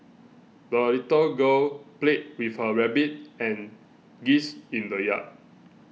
the little girl played with her rabbit and geese in the yard